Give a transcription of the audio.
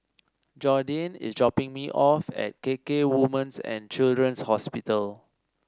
Jordyn is dropping me off at KK Women's and Children's Hospital